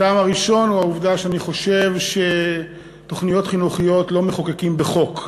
הטעם הראשון הוא העובדה שאני חושב שתוכניות חינוכיות לא מחוקקים בחוק,